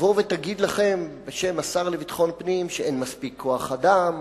תבוא ותגיד לכם בשם השר לביטחון פנים שאין מספיק כוח-אדם,